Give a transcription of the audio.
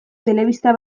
telebista